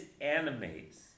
animates